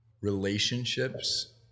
relationships